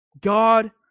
God